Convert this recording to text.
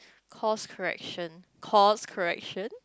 course correction course correction